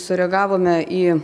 sureagavome į